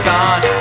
Gone